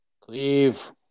Cleve